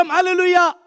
Hallelujah